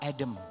Adam